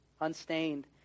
unstained